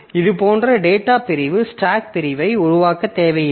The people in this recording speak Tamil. இது போன்ற டேட்டா பிரிவு ஸ்டாக் பிரிவை உருவாக்க தேவையில்லை